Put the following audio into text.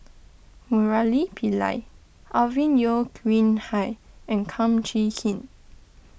Murali Pillai Alvin Yeo Khirn Hai and Kum Chee Kin